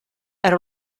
era